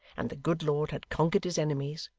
and the good lord had conquered his enemies,